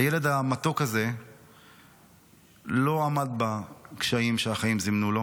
הילד המתוק הזה לא עמד בקשיים שהחיים זימנו לו,